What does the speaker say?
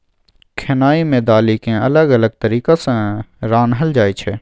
खेनाइ मे दालि केँ अलग अलग तरीका सँ रान्हल जाइ छै